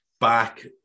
back